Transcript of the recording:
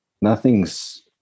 nothing's